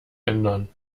ändern